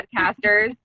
podcasters